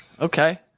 Okay